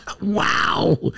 wow